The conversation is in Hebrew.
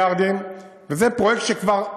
זה פרויקט שכבר קורה,